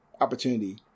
opportunity